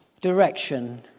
direction